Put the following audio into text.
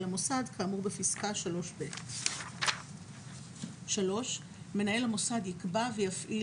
המוסד כאמור בפסקה (3)(ב); מנהל המוסד יקבע ויפעיל